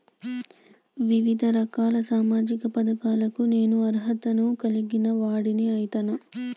వివిధ రకాల సామాజిక పథకాలకు నేను అర్హత ను కలిగిన వాడిని అయితనా?